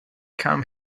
come